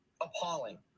appalling